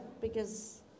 Because-